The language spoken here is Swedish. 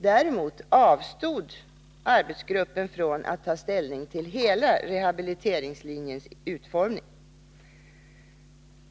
Däremot avstod arbetsgruppen från att ta ställning till hela rehabiliteringslinjens utformning.